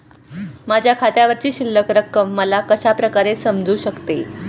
माझ्या खात्यावरची शिल्लक रक्कम मला कशा प्रकारे समजू शकते?